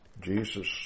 Jesus